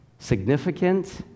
Significant